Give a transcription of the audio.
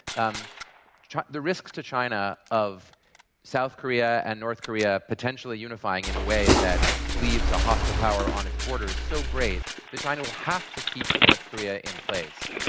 um the risk to china of south korea and north korea potentially unifying in a way that leaves a hostile power on its border is so great that china will have to keep north korea in place.